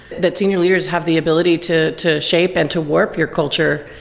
that senior leaders have the ability to to shape and to warp your culture.